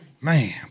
Man